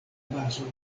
bazoj